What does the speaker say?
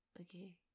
Okay